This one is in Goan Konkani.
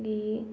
मागीर